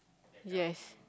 yes